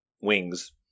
wings